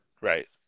Right